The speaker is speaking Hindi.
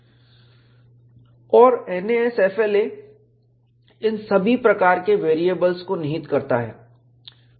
और NASFLA इन सभी प्रकार के वैरियेबल्स को निहित करता है